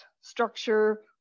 structure